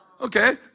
Okay